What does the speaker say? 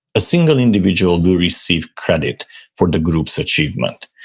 a single individual will receive credit for the group's achievement.